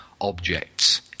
objects